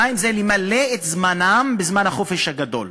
2. למלא את זמנם בזמן החופש הגדול,